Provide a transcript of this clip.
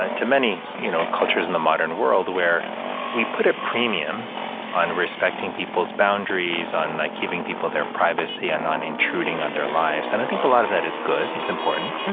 ah to many, you know, cultures in the modern world where we put a premium on respecting people's boundaries, on like giving people their privacy and not intruding on their lives. and i think a lot of that is good. it's important.